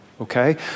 okay